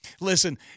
Listen